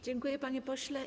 Dziękuję, panie pośle.